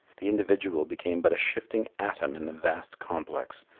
the individual became but a shifting atom in the vast complex,